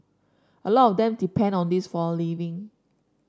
a lot of them depend on this for a living